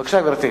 בבקשה, גברתי.